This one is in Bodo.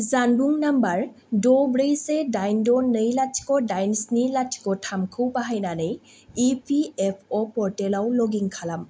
जानबुं नाम्बार द' ब्रै से दाइन द' नै लाथिख' दाइन स्नि लाथिख' थामखौ बाहायनानै इपिएफअ पर्टेलाव लगइन खालाम